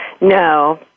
No